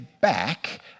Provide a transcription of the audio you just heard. back